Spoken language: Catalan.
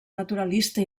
naturalista